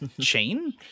Chain